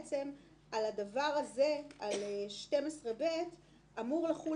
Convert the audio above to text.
הדבר הזה, על 12 (ב), אמור לחול